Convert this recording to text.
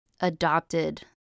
adopted